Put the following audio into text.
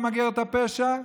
למגר את הפשע,